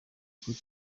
kuri